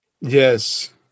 Yes